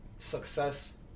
Success